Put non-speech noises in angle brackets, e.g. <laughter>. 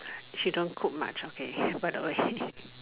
she don't cook much okay <breath> by the way